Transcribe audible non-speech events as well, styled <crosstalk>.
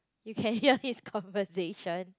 you can <laughs> hear his conversation